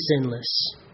sinless